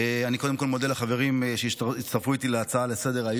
קודם כול אני מודה לחברים שהצטרפו אליי להצעה לסדר-היום.